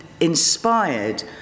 inspired